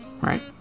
Right